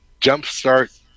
jumpstart